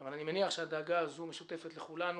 אבל אני מניח שהדאגה הזו משותפת לכולנו,